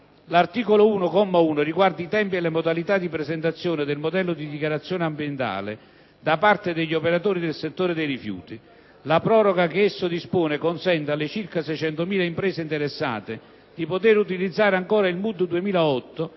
l'articolo 1, comma 1, riguarda i tempi e le modalità di presentazione del modello di dichiarazione ambientale (MUD) da parte degli operatori del settore dei rifiuti. La proroga che esso dispone consente alle circa 600.000 imprese interessate di poter utilizzare ancora il MUD 2008